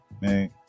man